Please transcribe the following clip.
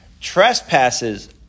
trespasses